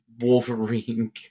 Wolverine